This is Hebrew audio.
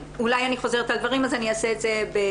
אולי אני חוזרת על דברים אז אני אעשה את זה בקצרה,